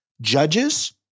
judges